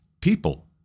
people